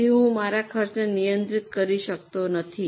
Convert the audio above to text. તેથી હું મારા ખર્ચને નિયંત્રિત કરી શકતો નથી